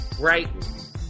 right